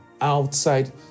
outside